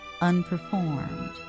unperformed